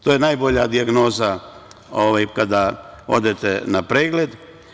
To je najbolja dijagnoza kada odete na pregled.